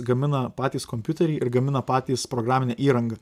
gamina patys kompiuterį ir gamina patys programinę įrangą